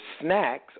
snacks